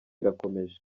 irakomeje